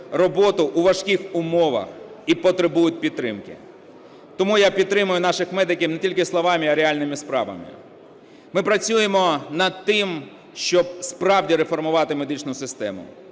роботу у важких умовах і потребують підтримки. Тому я підтримую наших медиків не тільки словами, а реальними справами. Ми працюємо над тим, щоб справді реформувати медичну систему,